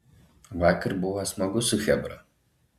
vakar buvo smagu su chebra